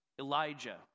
Elijah